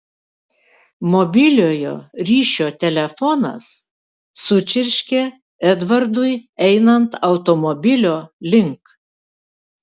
mobiliojo ryšio telefonas sučirškė edvardui einant automobilio link